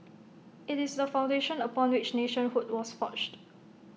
IT is the foundation upon which nationhood was forged